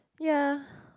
ya